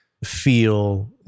feel